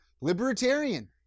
Libertarian